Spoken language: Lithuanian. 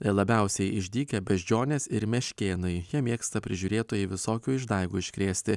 labiausiai išdykę beždžionės ir meškėnai jie mėgsta prižiūrėtojai visokių išdaigų iškrėsti